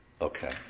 Okay